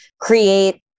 create